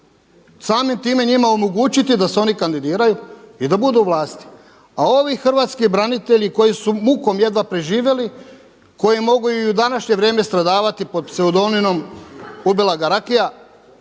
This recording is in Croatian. Samim time njima omogućiti da se oni kandidiraju i da budu u vlasti. A ovi hrvatski branitelji koji su mukom jedva preživjeli, koji mogu i u današnje vrijeme stradavati pod pseudonimom „ubila ga rakija“.